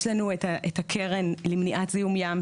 יש לנו את הקרן למניעת זיהום ים,